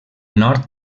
nord